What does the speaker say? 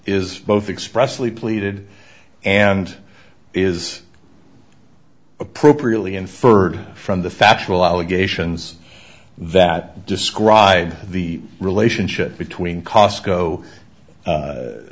is both expressly pleaded and is appropriately inferred from the factual allegations that describe the relationship between cosco